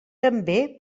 també